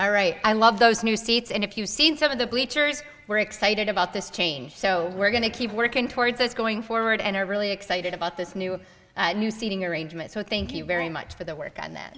all right i love those new seats and if you've seen some of the bleachers we're excited about this change so we're going to keep working towards this going forward and are really excited about this new new seating arrangement so thank you very much for the work